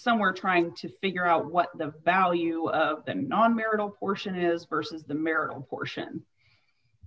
somewhere trying to figure out what the value that non marital portion is versus the marital portion